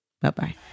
Bye-bye